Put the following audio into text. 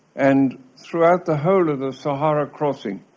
and throughout the whole of the sahara crossing,